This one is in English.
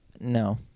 no